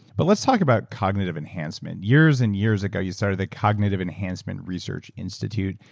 but let's talk about cognitive enhancement. years and years ago, you started the cognitive enhancement research institute.